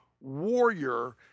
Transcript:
warrior